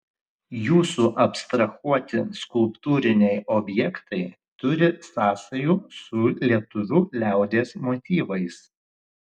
jūsų abstrahuoti skulptūriniai objektai turi sąsajų su lietuvių liaudies motyvais